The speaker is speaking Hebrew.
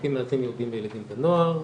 בתים מאזנים ייעודיים בילדים ונוער.